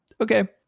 okay